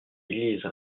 église